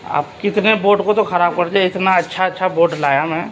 اب کتنے بورڈ کو تو خراب کر دیا اتنا اچھا اچھا بورڈ لایا میں